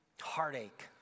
heartache